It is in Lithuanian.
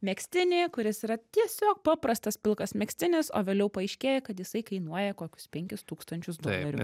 megztinį kuris yra tiesiog paprastas pilkas megztinis o vėliau paaiškėja kad jisai kainuoja kokius penkis tūkstančius dolerių